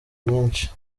nyinshi